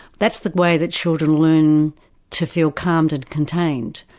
that's the way that children learn to feel calmed and contained.